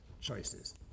choices